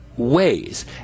Ways